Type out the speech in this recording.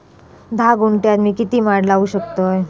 धा गुंठयात मी किती माड लावू शकतय?